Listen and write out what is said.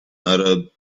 arab